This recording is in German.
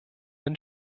den